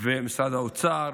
ומשרד האוצר,